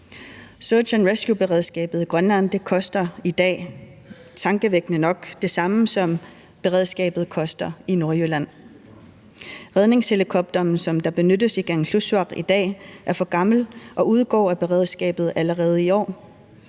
Search and Rescue-beredskabet i Grønland koster i dag tankevækkende nok det samme, som beredskabet koster i Nordjylland. Redningshelikopteren, som benyttes i Kangerlussuaq i dag, er for gammel og udgår af beredskabet allerede i år.